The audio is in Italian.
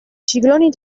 cicloni